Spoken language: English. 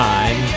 Time